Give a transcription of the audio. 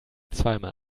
zweimal